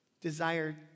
desired